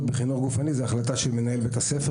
בחינוך גופני זאת החלטה של מקומית של מנהל בית הספר.